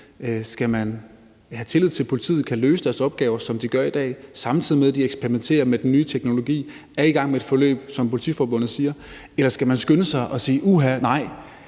Skal man have tillid til, at politiet kan løse deres opgaver, som de gør i dag, samtidig med at de eksperimenterer med den nye teknologi og er i gang med et forløb, som Politiforbundets siger, eller skal man skynde sig at sige: Uha, nej,